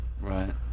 Right